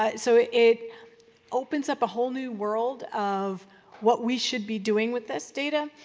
ah so, it it opens up a whole new world of what we should be doing with this data.